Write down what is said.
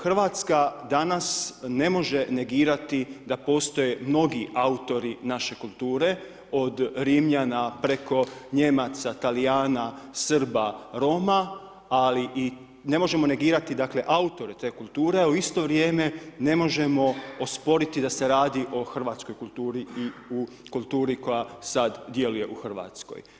Hrvatska danas ne može negirati da postoje mnogi autori naše kulture od Rimljana preko Nijemaca, Talijana, Srba, Roma, ali i ne možemo negirati dakle, autore te kulture a u isto vrijeme ne možemo osporiti da se radi o hrvatskoj kulturi i u kulturi koja sada djeluje u Hrvatskoj.